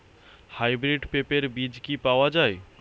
Hybrid পেঁপের বীজ কি পাওয়া যায়?